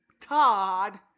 Todd